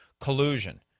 collusion